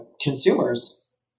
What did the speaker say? consumers